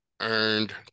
earned